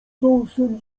dąsem